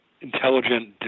intelligent